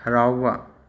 ꯍꯔꯥꯎꯕ